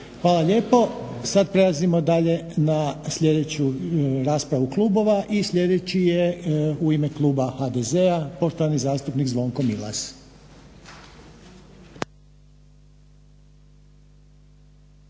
Hvala lijepo. Sad prelazimo dalje na sljedeću raspravu klubova. I sljedeći je u ime kluba HDZ-a poštovani zastupnik Zvonko Milas.